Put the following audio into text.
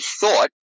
thought